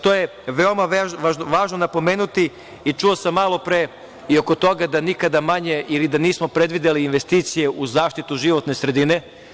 To je veoma važno napomenuti i čuo sam malopre oko toga da nikada manje, ili da nismo predvideli investicije u zaštitu životne sredine.